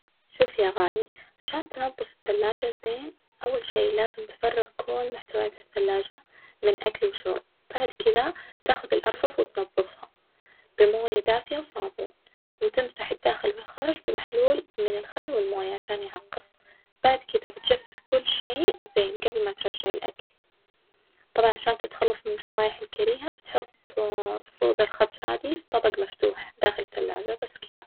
شوف يا غالي عشان تنظف الثلاجة زين، أول شي لازم تفرغ كل محتويات ها التلاجة من أكل وشرب بعد كدة تاخد الأرفف وتنظفها بموية دافية وصابون وتمسح الداخل والخارج بمحلول من الخل و الماية عشان يعقم، بعد كدة بتجفف كل شي زين جبل ما ترجع الأكل، طبعًا عشان تتخلص من الروايح الكريهة بتحط صودا الخبز هذي في طبج مفتوح داخل التلاجة بس كدة.